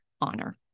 honor